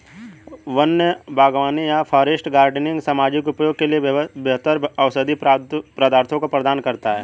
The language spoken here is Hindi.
वन्य बागवानी या फॉरेस्ट गार्डनिंग सामाजिक उपयोग के लिए बेहतर औषधीय पदार्थों को प्रदान करता है